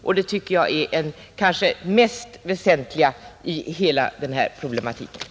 Och det tycker jag är det kanske mest väsentliga i hela den här problematiken.